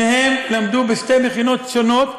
שניהם למדו בשתי מכינות שונות,